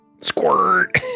squirt